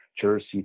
jersey